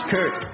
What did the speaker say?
Kurt